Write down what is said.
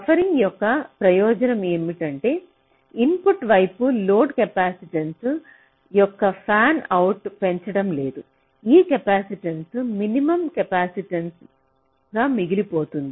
buffering యొక్క ప్రయోజనం ఏమిటంటే ఇన్పుట్ వైపు లోడ్ కెపాసిటెన్స్ యొక్క ఫ్యాన్అవుట్ పెంచడం లేదు ఈ కెపాసిటెన్స్ మినిమం కెపాసిటెన్స్గా మిగిలిపోతుంది